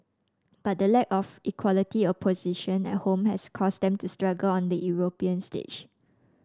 but the lack of equality opposition at home has caused them to struggle on the European stage